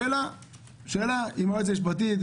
שאלה אם יועץ משפטי...